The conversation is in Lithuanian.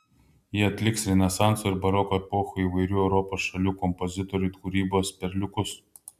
jie atliks renesanso ir baroko epochų įvairių europos šalių kompozitorių kūrybos perliukus